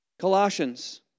Colossians